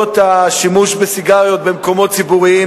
כל התנועה הסביבתית מתנגדת למה שקורה פה.